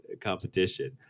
competition